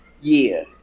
year